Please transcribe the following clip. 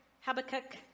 Habakkuk